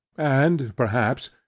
and, perhaps,